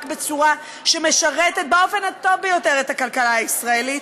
בצורה שמשרתת באופן הטוב ביותר את הכלכלה הישראלית,